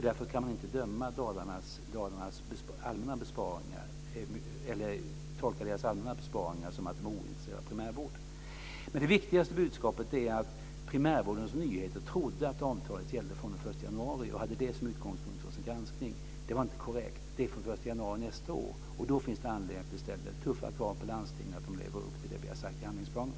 Därför kan man inte tolka deras allmänna besparingar som att de är ointresserade av primärvård. Men det viktigaste budskapet är att Primärvårdens Nyheter trodde att avtalet gällde från den 1 januari och hade detta som utgångspunkt för sin granskning. Det är inte korrekt. Avtalet gäller från den 1 januari nästa år. Då finns det anledning att ställa tuffare krav på landstingen att leva upp till det som vi har sagt i handlingsplanen.